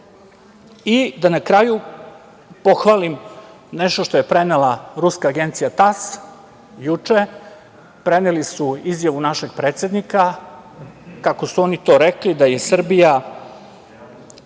kraju da pohvalim nešto što je prenela ruska Agencija TASS juče. Preneli su izjavu našeg predsednika, kako su oni to rekli, da je Srbija